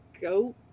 go